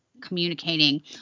communicating